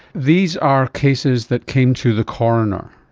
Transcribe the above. these are cases that came to the coroner.